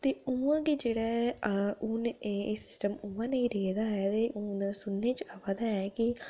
ते उ'आं गै जेह्ड़ा ऐ हून एह् एह् सिस्टम उ'आं नेईं रेह्दा है ते हून सुनने च आवै दा ऐ कि